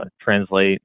translate